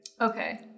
Okay